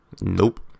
Nope